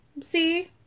See